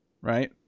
right